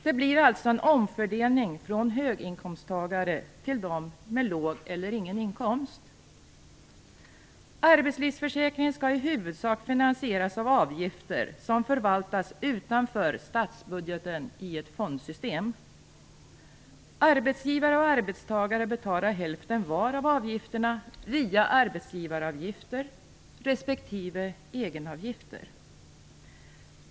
Det blir alltså en omfördelning från höginkomsttagare till dem med låg eller ingen inkomst. Arbetslivsförsäkringen skall i huvudsak finansieras av avgifter som förvaltas utanför statsbudgeten i ett fondsystem. Arbetsgivare och arbetstagare betalar hälften var av avgifterna via arbetsgivaravgifter respektive egenavgifter.